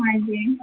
ਹਾਂਜੀ